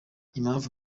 impamvu